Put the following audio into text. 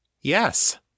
Yes